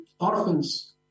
orphans